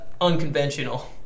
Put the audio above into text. unconventional